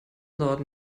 norden